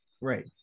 Right